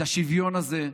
את השוויון הזה,